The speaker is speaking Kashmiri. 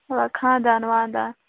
مطلب خانٛدان وانٛدان